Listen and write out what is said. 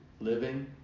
living